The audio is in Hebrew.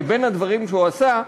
כי בין הדברים שהוא עשה,